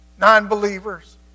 non-believers